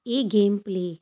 ਇਹ game play